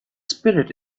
spirit